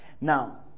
Now